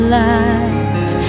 light